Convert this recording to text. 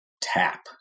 Tap